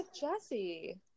Jesse